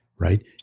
right